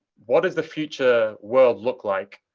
what does the future world look like?